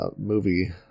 movie